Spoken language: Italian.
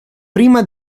prima